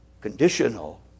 conditional